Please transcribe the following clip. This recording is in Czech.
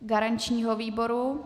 Garančního výboru?